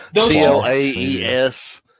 C-L-A-E-S